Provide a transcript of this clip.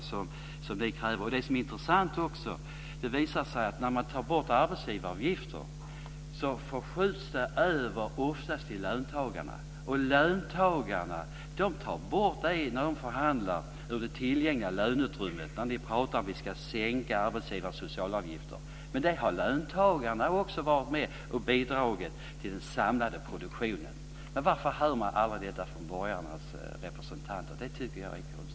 När vi pratar om att sänka arbetsgivaravgifter och socialavgifter är det också intressant att se att när man tar bort arbetsgivaravgiften skjuts det oftast över till löntagarna, och löntagarna tar bort det när de förhandlar om det tillgängliga löneutrymmet. Men löntagarna har också varit med och bidragit till den samlade produktionen. Varför hör man aldrig detta från borgarnas representanter? Jag tycker att det är konstigt.